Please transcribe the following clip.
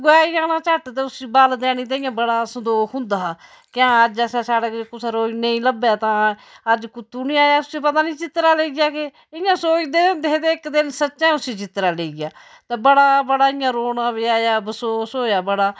ते कुत्तुऐ आई जाना झट्ट ते उसी बल देनी ते इ'यां बड़ा संदोख होंदा हा के हां अज्ज अस कुसै रोज नेई लब्भै तां अज्ज कुत्तु नीं आया उसी पता नी चित्तरा लेई गेआ के इ'यां सोचदे होंदे हे ते इक दिन उसी सच्चैं चित्तरा लेई गेआ ते बड़ा बड़ा इयां रोना बी आया बसोस होएआ बड़ा